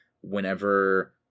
whenever